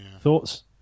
Thoughts